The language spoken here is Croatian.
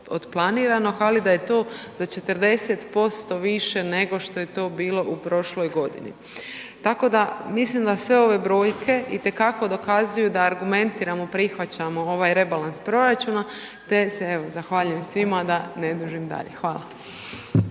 od planiranog ali da je to za 40% više nego što je to bilo u prošloj godini. Tako da mislim da sve ove brojke itekako dokazuju da argumentirano prihvaćamo ovaj rebalans proračuna te se evo zahvaljujem svima da ne dužim dalje. Hvala.